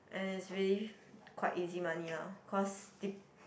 and it's really quite easy money lah cause